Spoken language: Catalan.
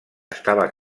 estava